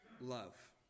love